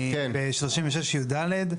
ב-36יד,